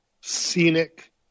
scenic